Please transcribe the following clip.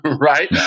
Right